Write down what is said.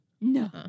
No